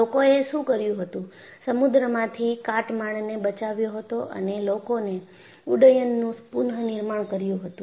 લોકોએ શું કર્યું હતું સમુદ્રમાંથી કાટમાળને બચાવ્યો હતો અને લોકો એ ઉડ્ડયનનું પુનઃનિર્માણ કર્યું હતું